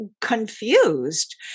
confused